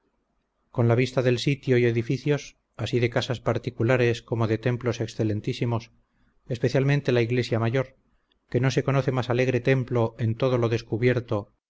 con la vista del sitio y edificios así de casas particulares como de templos excelentísimos especialmente la iglesia mayor que no se conoce más alegre templo en todo lo descubierto